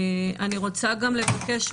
אני רוצה גם לבקש,